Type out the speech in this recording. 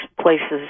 places